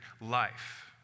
Life